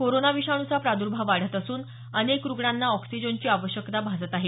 corona विषाणूचा प्रादुर्भाव वाढत असून अनेक रुग्णांना ऑक्सिजनची आवश्यकता भासत आहे